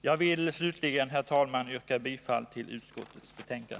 Jag vill slutligen, fru talman, yrka bifall till utskottets hemställan.